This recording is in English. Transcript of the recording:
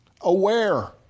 aware